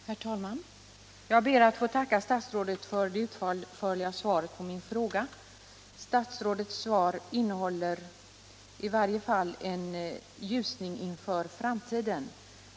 Herr talman! Jag ber att få tacka statsrådet för det utförliga svaret på min fråga. Statsrådets svar innehåller i varje fall en ljusning inför framtiden.